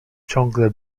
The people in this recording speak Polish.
ciągle